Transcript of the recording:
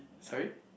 sorry